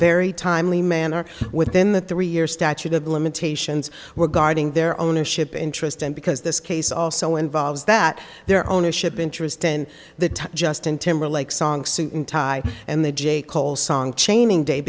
very timely manner within the three year statute of limitations wow regarding their ownership interest and because this case also involves that their ownership interest in the justin timberlake song suit and tie and the j cole song chaining day